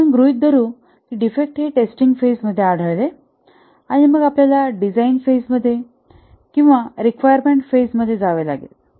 असे आपण गृहीत धरू की डिफेक्ट हे टेस्टिंग फेजमध्ये आढळते आणि मग आपल्याला डिझाईन फेजमध्ये किंवा रिक्वायरमेंट फेजमध्ये जावे लागेल